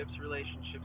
relationships